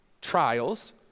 trials